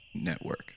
Network